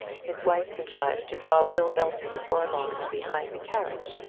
his wife contrived to draw will belton for a moment behind the carriage.